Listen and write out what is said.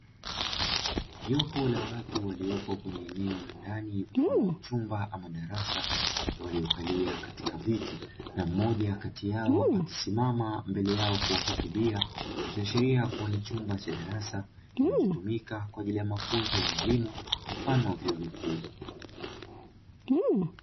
Jopo la watu waliopo kwenye eneo ndani mfano wa uchumba ama darasa, ndio waliokalia katika viti na mmoja kati yao akisimama mbele yao kuwahutubia ikiashiria kua ni chumba cha darasa kinachotumika kwa ajili ya mafunzo ya elimu mfano wa vyuo vikuu.